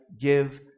give